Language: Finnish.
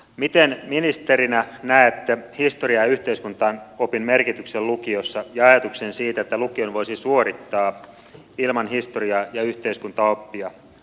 miten ministerinä näette historian ja yhteiskuntaopin merkityksen lukiossa ja ajatuksen siitä että lukion voisi suorittaa ilman historiaa ja yhteiskuntaoppia